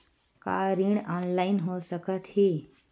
का ऋण ऑनलाइन हो सकत हे?